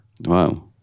Wow